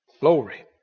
glory